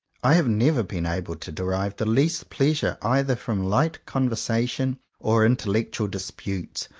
i have never been able to derive the least pleasure either from light conversation or intellectual disputes.